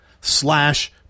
slash